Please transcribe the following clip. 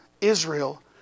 Israel